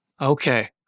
Okay